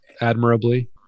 admirably